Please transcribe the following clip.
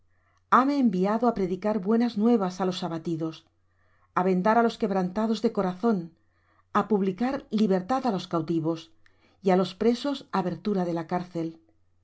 hame enviado á predicar buenas nuevas á los abatidos á vendar á los quebrantados de corazón á publicar libertad á los cautivos y á los presos abertura de la cárcel